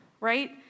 Right